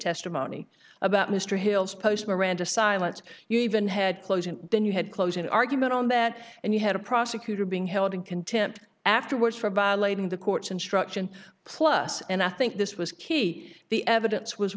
testimony about mr hill's post miranda silence you even had close and then you had closing argument on that and you had a prosecutor being held in contempt afterwards for violating the court's instruction plus and i think this was key the evidence was